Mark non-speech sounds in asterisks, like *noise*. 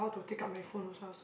*breath*